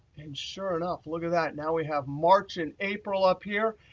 and sure enough, look at that. now we have march and april up here.